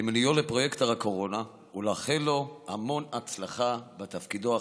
למינויו לפרויקטור הקורונה ולאחל לו המון הצלחה בתפקידו החשוב.